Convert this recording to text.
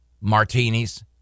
martinis